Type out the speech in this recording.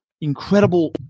incredible